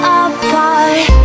apart